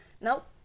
nope